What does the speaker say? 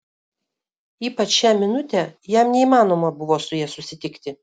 ypač šią minutę jam neįmanoma buvo su ja susitikti